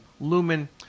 lumen